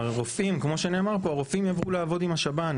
כמו שנאמר פה, הרופאים יעברו לעבוד עם השב"ן.